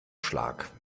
schlag